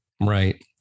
Right